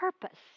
purpose